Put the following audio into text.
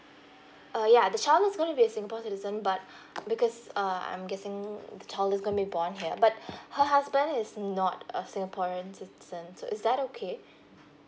ah yeah the child is gonna be a singapore citizen but because uh I'm guessing the child is gonna be born here but her husband is not a singaporean citizen so is that okay